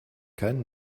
keinen